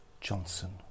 Johnson